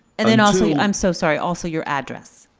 and then also, i'm so sorry, also your address.